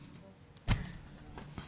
הישיבה ננעלה בשעה 11:45.